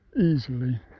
easily